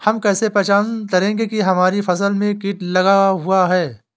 हम कैसे पहचान करेंगे की हमारी फसल में कीट लगा हुआ है?